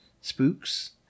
Spooks